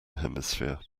hemisphere